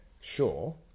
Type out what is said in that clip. sure